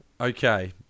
Okay